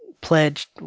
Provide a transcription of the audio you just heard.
pledged